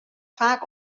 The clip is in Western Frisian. faak